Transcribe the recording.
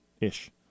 ish